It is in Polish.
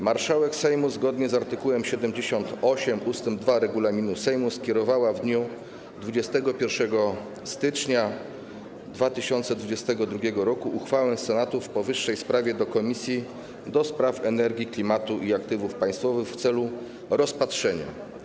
Marszałek Sejmu, zgodnie z art. 78 ust. 2 regulaminu Sejmu, skierowała w dniu 21 stycznia 2022 r. uchwałę Senatu w powyższej sprawie do Komisji do Spraw Energii, Klimatu i Aktywów Państwowych w celu rozpatrzenia.